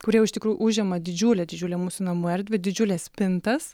kurie iš tikrųjų užima didžiulę didžiulę mūsų namų erdvę didžiules spintas